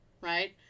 right